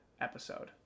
episode